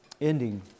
ending